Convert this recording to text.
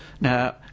Now